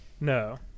No